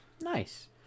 Nice